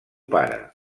pare